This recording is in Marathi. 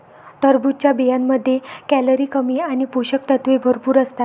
टरबूजच्या बियांमध्ये कॅलरी कमी आणि पोषक तत्वे भरपूर असतात